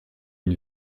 une